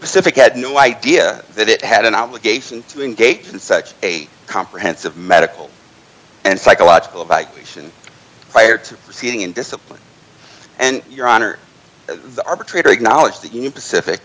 pacific had no idea that it had an obligation to engage in such a comprehensive medical and psychological evaluation prior to proceeding in discipline and your honor the arbitrator acknowledged the union pacific